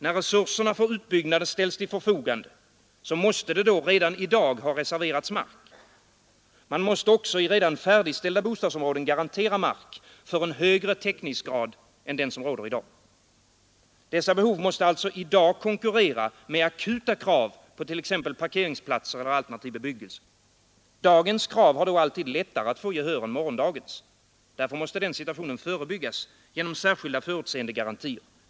När resurserna för utbyggnaden ställs till förfogande måste det redan i dag ha reserverats mark. Man måste även” i redan färdigställda bostadsområden garantera mark för en högre täckningsgrad än den som råder i dag. Dessa behov måste alltså i dag konkurrera med akuta krav på t.ex. parkeringsplatser eller alternativ bebyggelse. Dagens krav har då alltid lättare att få gehör än morgondagens. Därför måste denna situation förebyggas genom särskilda, förutseende garantier.